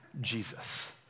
Jesus